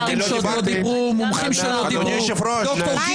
סודי, אדוני היושב-ראש?